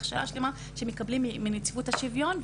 הכשרה שלמה שמקבלים מנציבות השוויון,